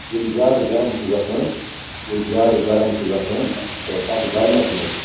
ییٚلہِ زیادٕ گرم چھُ گَژھان ییٚلہِ زیادٕ گرم چھُ گَژھان تہٕ تَتھ گَرمَس مَنٛز